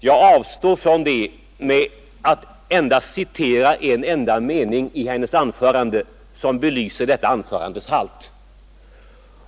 Jag avstår från det och vill endast citera en enda mening i hennes anförande som belyser detta anförandes halt.